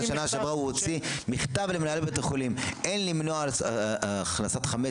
בשנה שעברה הוא הוציא מכתב למנהלי בתי החולים: אין למנוע הכנסת חמץ